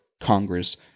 Congress